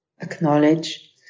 acknowledge